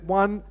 one